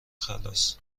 خلاص